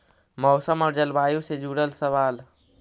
मौसम और जलवायु से जुड़ल सवाल?